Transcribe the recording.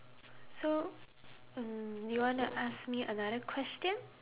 so mm you wanna ask me another question